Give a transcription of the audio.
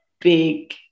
big